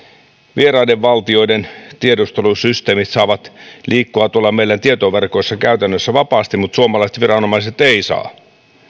vieraiden valtioiden tiedustelusysteemit saavat liikkua tuolla meidän tietoverkoissa käytännössä vapaasti mutta suomalaiset viranomaiset eivät saa